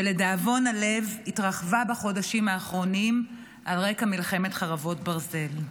שלדאבון הלב התרחבה בחודשים האחרונים על רקע מלחמת חרבות ברזל.